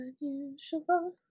unusual